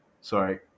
Sorry